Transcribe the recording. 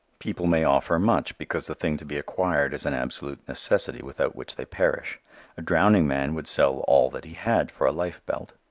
people may offer much because the thing to be acquired is an absolute necessity without which they perish a drowning man would sell all that he had for a life belt.